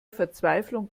verzweiflung